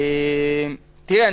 תראה,